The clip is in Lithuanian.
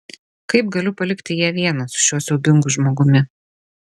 kaip galiu palikti ją vieną su šiuo siaubingu žmogumi